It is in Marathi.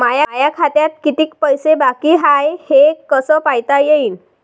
माया खात्यात कितीक पैसे बाकी हाय हे कस पायता येईन?